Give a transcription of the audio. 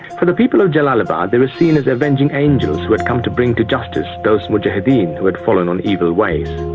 for the people of jalalabad they were seen as avenging angels who had come to bring to justice those mujahedeen who had fallen on evil ways.